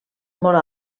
molt